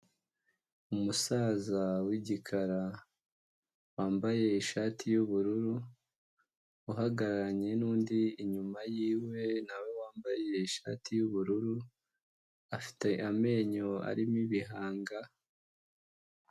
Umusaza w'igikara wambaye ishati y'ubururu, uhagararanye n'undi inyuma yiwe nawe wambaye ishati y'ubururu afite amenyo arimo ibihanga.